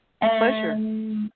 Pleasure